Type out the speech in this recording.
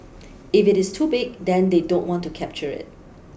if it is too big then they don't want to capture it